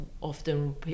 often